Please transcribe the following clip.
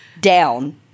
down